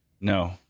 No